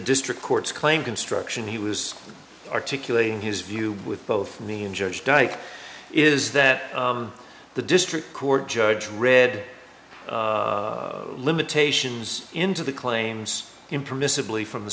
district courts claim construction he was articulating his view with both me and judge dyke is that the district court judge read limitations into the claims impermissibly from the